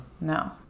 No